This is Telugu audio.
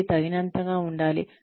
ఇది తగినంతగా ఉండాలి